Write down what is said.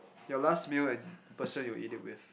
your last meal and the person you ate it with